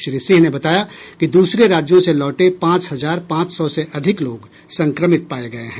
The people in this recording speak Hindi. श्री सिंह ने बताया कि दूसरे राज्यों से लौटे पांच हजार पांच सौ से अधिक लोग संक्रमित पाये गये हैं